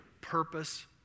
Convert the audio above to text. purpose